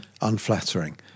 unflattering